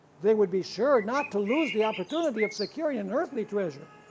they would be sure not to lose the opportunity of securing an earthly treasure.